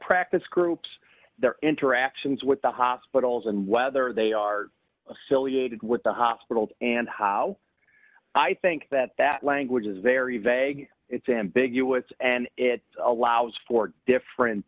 practice groups their interactions with the hospitals and whether they are affiliated with the hospital and how i think that that language is very vague it's ambiguous and it allows for different